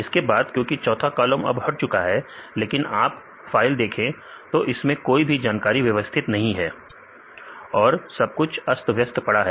इसके बाद क्योंकि चौथा कॉलम अब हट चुका है लेकिन आप फाइल देखें तो इसमें कोई भी जानकारी व्यवस्थित नहीं है और सब कुछ अस्त व्यस्त पड़ा है